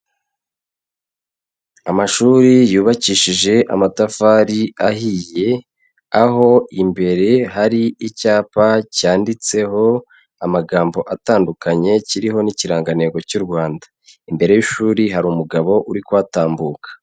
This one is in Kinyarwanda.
Amashuri yubakishije amatafari ahiye, aho imbere hari icyapa cyanditseho amagambo atandukanye, kiriho n'ikirangantego cy'u Rwanda, imbere y'ishuri hari umugabo uri kuhatambuka.